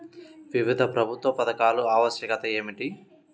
వివిధ ప్రభుత్వ పథకాల ఆవశ్యకత ఏమిటీ?